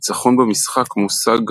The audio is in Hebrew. ניצחון במשחק מושג,